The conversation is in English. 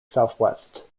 southwest